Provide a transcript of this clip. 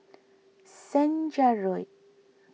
Senja Road